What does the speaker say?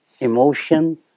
Emotion